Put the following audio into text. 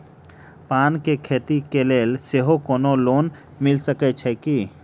पान केँ खेती केँ लेल सेहो कोनो लोन मिल सकै छी की?